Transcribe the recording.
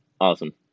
awesome